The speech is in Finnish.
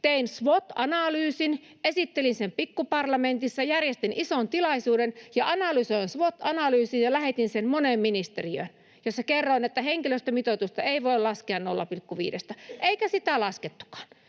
Tein swot-analyysin, esittelin sen Pikkuparlamentissa, järjestin ison tilaisuuden ja analysoin swot-analyysin ja lähetin sen moneen ministeriöön, jossa kerroin, että henkilöstömitoitusta ei voi laskea 0,5:stä, eikä sitä laskettukaan.